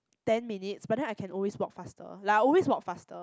ten minutes but then I can always walk faster like I always walk faster